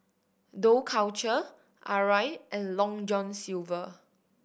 Dough Culture Arai and Long John Silver